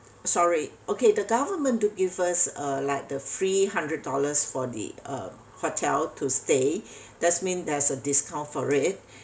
sorry okay the government do give us uh like the free hundred dollars for the uh hotel to stay that's mean there's a discount for it